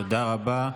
תודה רבה.